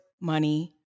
money